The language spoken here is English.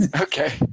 Okay